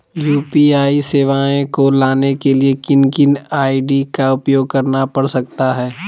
UPI सेवाएं को लाने के लिए किन किन आई.डी का उपयोग करना पड़ सकता है?